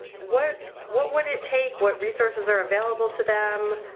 what what would it take, what resources are available to them,